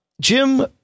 Jim